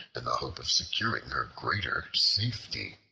in the hope of securing her greater safety.